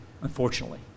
unfortunately